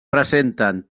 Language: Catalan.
presenten